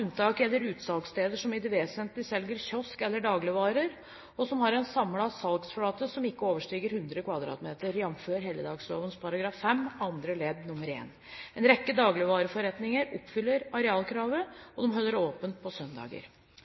utsalgssteder som i det vesentlige selger kiosk- eller dagligvarer, og som har en samlet salgsflate som ikke er over 100 m2, jf. helligdagsfredloven § 5 annet ledd nr. 1. En rekke dagligvareforretninger som oppfyller arealkravet, holder åpent på søndager.